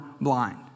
blind